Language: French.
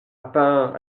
part